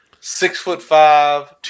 Six-foot-five